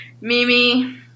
Mimi